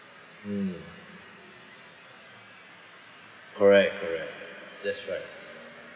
mm correct correct that's right